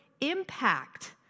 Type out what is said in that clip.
impact